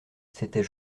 c’était